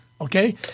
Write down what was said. Okay